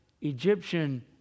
Egyptian